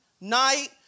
night